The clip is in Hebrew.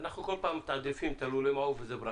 כל פעם אנחנו מתעדפים את לולי המעוף וזו ברכה.